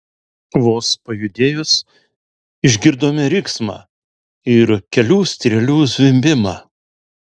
vos pajudėjus išgirdome riksmą ir kelių strėlių zvimbimą